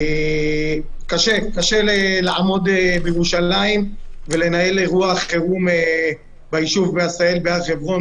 קשה לעמוד בירושלים ולנהל אירוע חירום בישוב עשהאל בהר חברון,